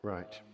Right